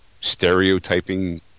stereotyping